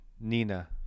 Nina